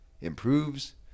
improves